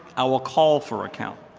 i will call for a count.